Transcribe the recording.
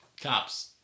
Cops